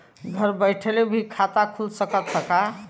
घरे बइठले भी खाता खुल सकत ह का?